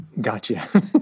Gotcha